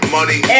Money